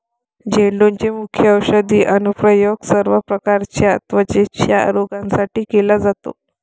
झेंडूचे मुख्य औषधी अनुप्रयोग सर्व प्रकारच्या त्वचेच्या रोगांसाठी केला जातो